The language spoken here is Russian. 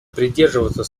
придерживаться